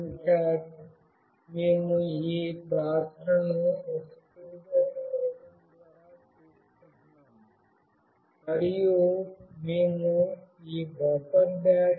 concat మేము ఈ పాత్రను ఒక్కొక్కటిగా చదవడం ద్వారా తీసుకుంటున్నాము మరియు మేము ఈ buffer